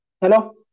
Hello